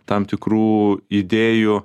tam tikrų idėjų